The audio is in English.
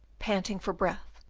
panting for breath,